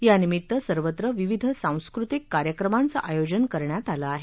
या निमित्त सर्वत्र विविध सांस्कृतिक कार्यक्रमांच आयोजन करण्यात आलं आहे